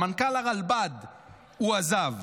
מנכ"ל הרלב"ד הועזב,